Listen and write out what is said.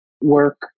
work